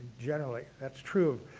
generally that's true.